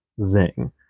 Zing